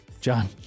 John